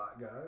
guys